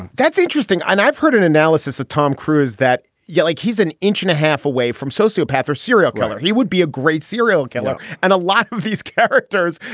that's interesting. and i've heard an analysis, a tom cruise that yell like he's an inch and a half away from sociopath or serial killer. he would be a great serial killer. and a lot of these characters,